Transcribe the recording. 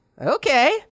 okay